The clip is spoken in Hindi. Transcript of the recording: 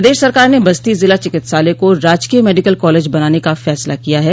प्रदेश सरकार ने बस्ती ज़िला चिकित्सालय को राजकीय मेडिकल कॉलेज बनाने का फैसला किया है